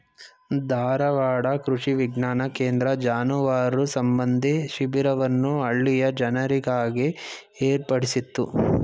ಧಾರವಾಡ ಕೃಷಿ ವಿಜ್ಞಾನ ಕೇಂದ್ರ ಜಾನುವಾರು ಸಂಬಂಧಿ ಶಿಬಿರವನ್ನು ಹಳ್ಳಿಯ ಜನರಿಗಾಗಿ ಏರ್ಪಡಿಸಿತ್ತು